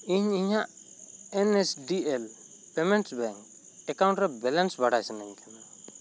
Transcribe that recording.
ᱤᱧ ᱤᱧᱟᱹᱜ N S D L payments bank account ᱨᱮ ᱵᱮᱞᱮᱱᱥ ᱵᱟᱰᱟᱭ ᱥᱟᱱᱟ ᱧ ᱠᱟᱱᱟ